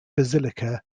basilica